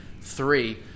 three